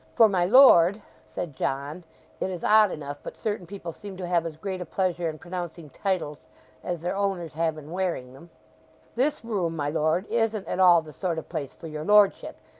for my lord said john it is odd enough, but certain people seem to have as great a pleasure in pronouncing titles as their owners have in wearing them this room, my lord, isn't at all the sort of place for your lordship,